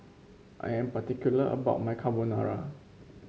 I am particular about my Carbonara